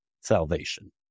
salvation